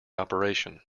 operation